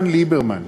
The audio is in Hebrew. ליברמן,